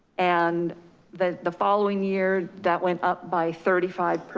and the the following year that went up by thirty five.